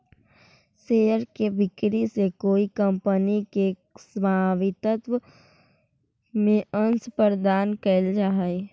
share के बिक्री से कोई कंपनी के स्वामित्व में अंश प्रदान कैल जा हइ